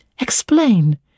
Explain